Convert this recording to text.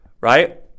right